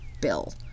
Bill